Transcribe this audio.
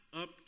up